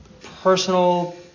personal